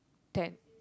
ten